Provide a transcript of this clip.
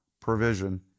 provision